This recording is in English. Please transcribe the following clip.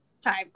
time